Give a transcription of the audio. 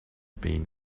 been